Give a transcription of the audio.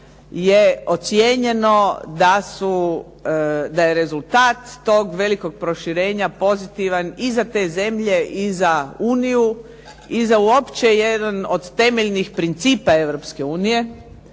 je ocijenjeno da je rezultat tog velikog proširenja pozitivan i za te zemlje i za uniju i za uopće jedan od temeljnih principa Europske unije